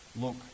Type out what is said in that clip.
look